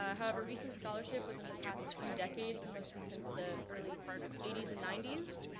ah however recent scholarship within the past few decades, mostly since the early eighty s and ninety s,